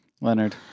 Leonard